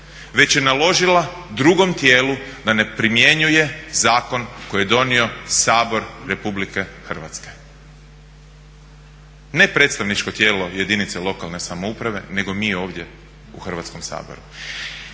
već je naložila drugom tijelu da ne primjenjuje zakon koji je donio Sabor Republike Hrvatske. Ne predstavničko tijelo jedinice lokalne samouprave nego mi ovdje u Hrvatskom saboru.